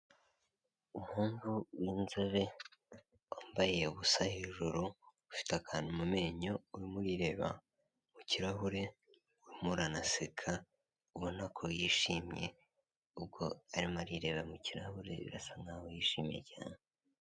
Umuhungu w'inzobe wambaye ubusa hejuru, ufite akantu mu menyo, urimo urireba mu kirahure, urimo uranaseka ubona ko yishimye, kuko arimo arireba mu kirahure birasa nk'aho yishimye cyane.